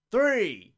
three